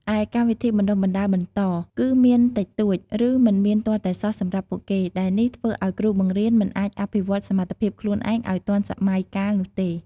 ឯកម្មវិធីបណ្តុះបណ្តាលបន្ត គឺមានតិចតួច ឬមិនមានទាល់តែសោះសម្រាប់ពួកគេ ដែលនេះធ្វើឲ្យគ្រូបង្រៀនមិនអាចអភិវឌ្ឍសមត្ថភាពខ្លួនឯងឲ្យទាន់សម័យកាលនោះទេ។